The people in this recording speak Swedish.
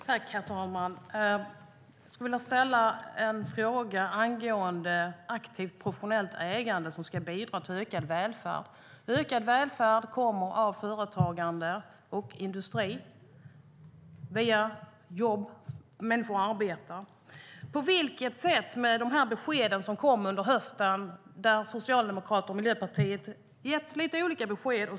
Herr talman! Jag vill ställa en fråga angående aktivt, professionellt ägande som ska bidra till ökad välfärd. Ökad välfärd kommer av företagande och industri där människor arbetar. Socialdemokraterna och Miljöpartiet har under hösten gett lite olika besked.